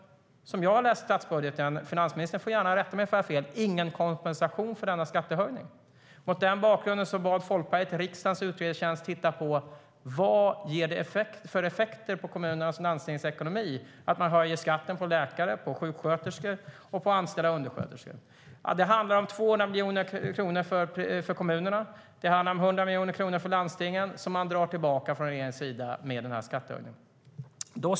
Som jag har läst statsbudgeten - finansministern får gärna rätta mig om jag har fel - får kommuner och landsting ingen kompensation för denna skattehöjning. Det handlar om 200 miljoner kronor för kommunerna och om 100 miljoner kronor för landstingen som regeringen drar tillbaka genom skattehöjningen.